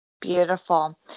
Beautiful